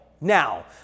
Now